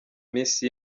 minsi